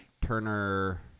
Turner